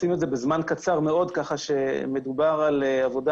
עשינו את זה בזמן קצר מאוד כך שמדובר על עבודה